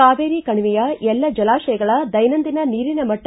ಕಾವೇರಿ ಕಣಿವೆಯ ಎಲ್ಲ ಜಲಾಶಯಗಳ ದೈನಂದಿನ ನೀರಿನ ಮಟ್ಟ